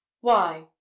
Why